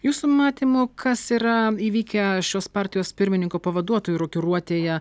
jūsų matymu kas yra įvykę šios partijos pirmininko pavaduotojų rokiruotėje